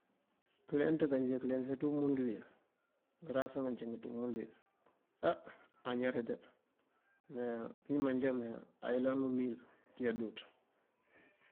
Këleenţ kanjeekëleenţa ţi umundu wi. ngërasa ngacingi haak a ñaţëde me manjanjade, ayëlan- umil pëya duaţ.